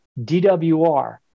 DWR